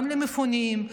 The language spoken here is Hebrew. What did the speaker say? גם למפונים,